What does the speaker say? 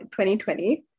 2020